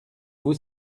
vous